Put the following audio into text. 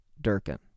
Durkin